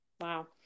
Wow